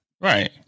Right